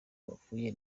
bavuye